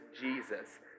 jesus